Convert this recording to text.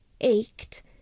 ached